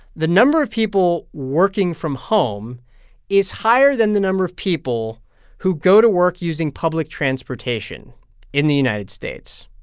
the number of people working from home is higher than the number of people who go to work using public transportation in the united states.